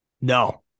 No